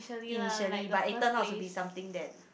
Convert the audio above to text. initially but it turn out to be something that